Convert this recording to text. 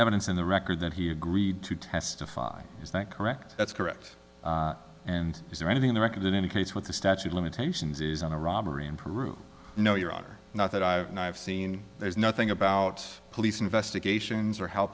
evidence in the record that he agreed to testify is that correct that's correct and is there anything in the record in any case what the statue of limitations is on a robbery in peru no your honor not that i've seen there's nothing about police investigations